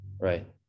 Right